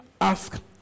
ask